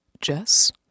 Jess